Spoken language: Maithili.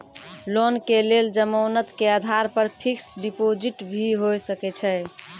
लोन के लेल जमानत के आधार पर फिक्स्ड डिपोजिट भी होय सके छै?